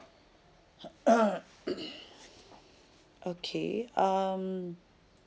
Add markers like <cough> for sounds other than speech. <coughs> okay um